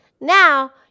now